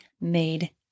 made